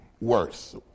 worse